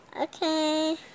Okay